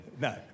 No